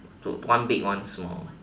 so one big one small one